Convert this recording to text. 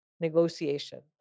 negotiation